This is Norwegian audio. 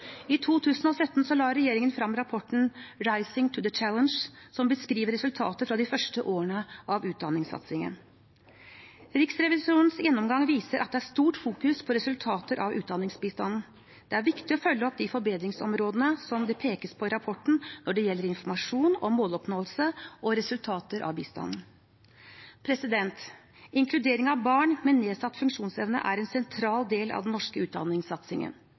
I 2017 la regjeringen frem rapporten «Rising to the Challenge», som beskriver resultater fra de første årene av utdanningssatsingen. Riksrevisjonens gjennomgang viser at det fokuseres sterkt på resultater av utdanningsbistanden. Det er viktig å følge opp de forbedringsområdene som det pekes på i rapporten når det gjelder informasjon om måloppnåelse og resultater av bistanden. Inkludering av barn med nedsatt funksjonsevne er en sentral del av den norske utdanningssatsingen.